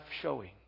showing